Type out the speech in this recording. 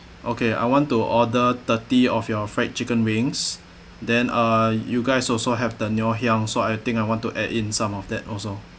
okay I want to order thirty of your fried chicken wings then uh you guys also have the ngoh hiang so I think I want to add in some of that also